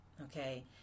Okay